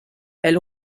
elle